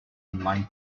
online